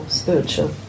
spiritual